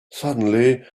suddenly